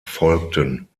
folgten